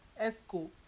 esco